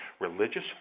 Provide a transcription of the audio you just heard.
Religious